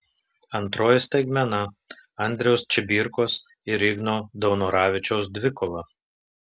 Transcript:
antroji staigmena andriaus čibirkos ir igno daunoravičiaus dvikova